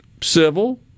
civil